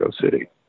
City